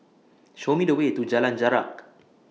Show Me The Way to Jalan Jarak